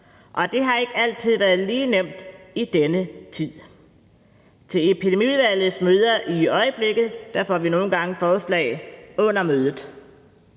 Og det har ikke altid været lige nemt i denne tid. På Epidemiudvalgets møder får vi i øjeblikket nogle gange forslag under mødet.